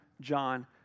John